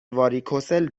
واریکوسل